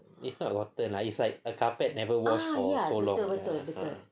it's not rotten ah it's like the carpet never wash for so long